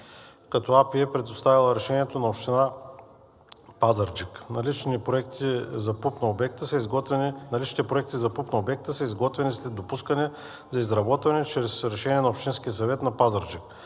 като АПИ е предоставила Решението на Община Пазарджик. Наличните проекти за ПУП на обекта са изготвени след допускане за изработване чрез решение на Общинския съвет на Пазарджик.